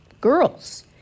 girls